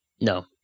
No